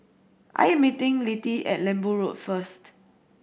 I am meeting Littie at Lembu Road first